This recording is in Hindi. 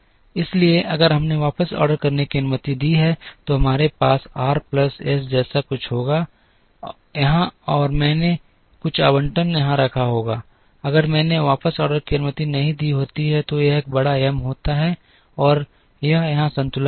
इसलिए अगर हमने वापस ऑर्डर करने की अनुमति दी है तो हमारे पास r प्लस s जैसा कुछ होगा यहां और मैंने कुछ आवंटन यहां रखा होगा अगर मैंने वापस ऑर्डर करने की अनुमति नहीं दी होती तो यह एक बड़ा एम होता और यह यहां संतुलन होगा